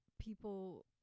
people